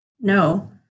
No